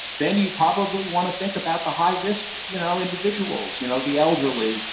then you probably want to think about the high-risk you know individuals, you know the elderly,